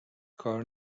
کار